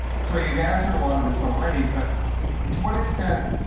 so you've answered a lot of this already, but um to what extent,